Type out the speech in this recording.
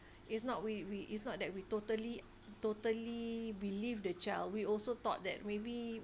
it's not we we it's not that we totally totally believe the child we also thought that maybe